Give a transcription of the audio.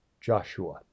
Joshua